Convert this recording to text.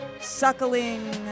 Suckling